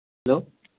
hello